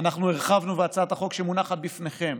ואנחנו הרחבנו: הצעת החוק שמונחת בפניכם